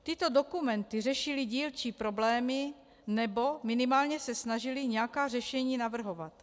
Tyto dokumenty řešily dílčí problémy, nebo minimálně se snažily nějaká řešení navrhovat.